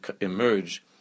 emerge